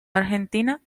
argentina